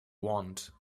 want